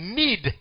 need